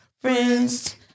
Friends